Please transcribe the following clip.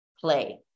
play